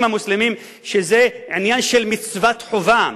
המוסלמים שזה עניין של מצוות חובה,